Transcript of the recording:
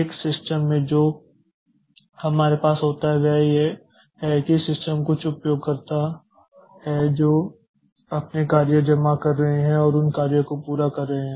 एक सिस्टम में जो हमारे पास होता है वह यह है कि सिस्टम के कुछ उपयोगकर्ता हैं जो अपने कार्य जमा कर रहे हैं और उन कार्य को पूरा कर रहे हैं